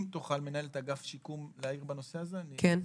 אם תוכל מנהלת אגף השיקום להעיר בנושא, אני אשמח.